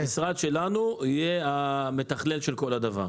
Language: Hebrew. המשרד שלנו יהיה המתכלל של כל הדבר.